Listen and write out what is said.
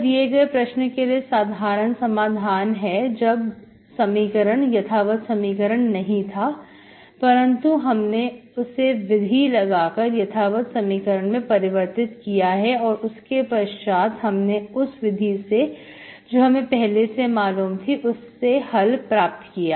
क्या दिए गए प्रश्न के लिए साधारण समाधान है जब समीकरण यथावत समीकरण नहीं था परंतु हमने उससे विधि लगाकर यथावत समीकरण में परिवर्तित किया और उसके पश्चात हमने उस विधि से जो हमें पहले से मालूम थी उससे हल प्राप्त किया